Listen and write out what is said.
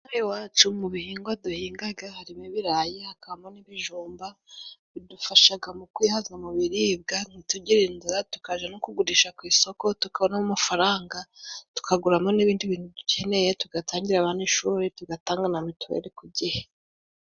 Hariya iwacu mu bihingwa duhingaga harimo ibirayi hakabamo n'ibijumba bidufashaga mu kwihaza mu biribwa, ntitugire inzara, tukaja no kugurisha ku isoko, tukabonamo amafaranga, tukaguramo n'ibindi bintu dukeneye, tugatangira abana ishuri, tugatanga na mituweli ku gihe.